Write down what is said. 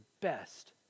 best